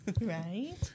Right